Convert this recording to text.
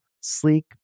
sleek